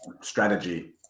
strategy